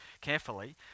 carefully